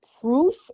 proof